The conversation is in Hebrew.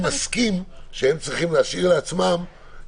מחוסנים אתה בעצם לא צריך לקבוע מרחק.